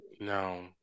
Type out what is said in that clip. No